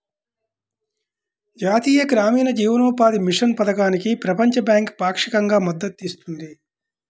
జాతీయ గ్రామీణ జీవనోపాధి మిషన్ పథకానికి ప్రపంచ బ్యాంకు పాక్షికంగా మద్దతు ఇస్తుంది